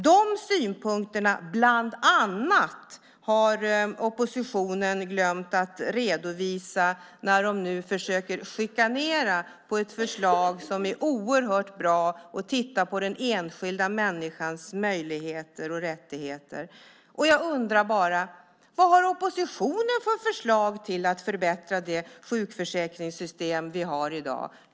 De synpunkterna, bland annat, har oppositionen glömt att redovisa när de nu försöker klanka ned på ett förslag som är oerhört bra när det gäller att titta på den enskilda människans möjligheter och rättigheter. Jag undrar bara: Vad har oppositionen för förslag för att förbättra det sjukförsäkringssystem vi har i dag?